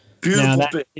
beautiful